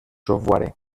software